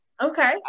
Okay